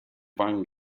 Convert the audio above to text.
van